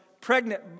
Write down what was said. pregnant